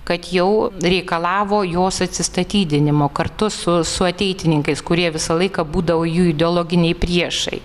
kad jau reikalavo jos atsistatydinimo kartu su su ateitininkais kurie visą laiką būdavo jų ideologiniai priešai